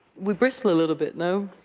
we bristle a little bit, no?